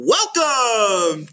Welcome